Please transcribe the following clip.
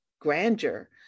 grandeur